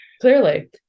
Clearly